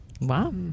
Wow